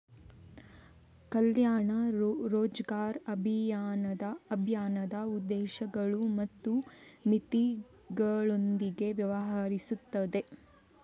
ಕಲ್ಯಾಣ್ ರೋಜ್ಗರ್ ಅಭಿಯಾನದ ಉದ್ದೇಶಗಳು ಮತ್ತು ಮಿತಿಗಳೊಂದಿಗೆ ವ್ಯವಹರಿಸುತ್ತದೆ